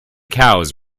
cows